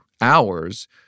hours